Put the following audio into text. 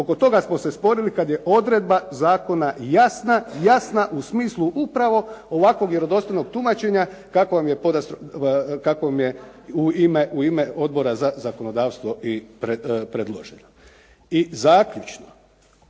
oko toga smo se sporili kad je odredba zakona jasna. Jasna u smislu upravo ovakvog vjerodostojnog tumačenja kako vam je u ime Odbora za zakonodavstvo i predloženo. I zaključno.